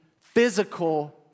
physical